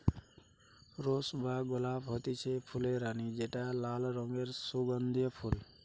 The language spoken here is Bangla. রোস বা গোলাপ হতিছে ফুলের রানী যেটা লাল রঙের সুগন্ধিও ফুল